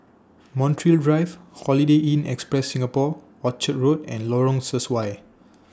Montreal Drive Holiday Inn Express Singapore Orchard Road and Lorong Sesuai